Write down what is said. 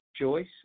Joyce